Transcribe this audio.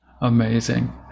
Amazing